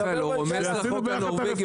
מיכאל, הוא רומז לחוק הנורווגי.